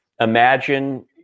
imagine